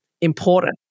important